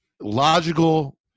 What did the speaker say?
logical